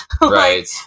Right